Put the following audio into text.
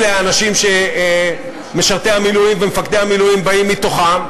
אלה האנשים שמשרתי המילואים ומפקדי המילואים באים מתוכם,